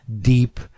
deep